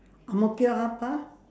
ang mo kio hub lah